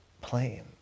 plain